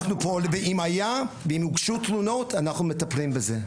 ואם היה, ואם הוגשו תלונות, אנחנו מטפלים בזה.